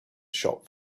shop